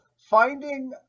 finding